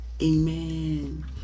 amen